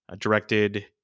directed